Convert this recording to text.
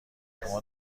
شما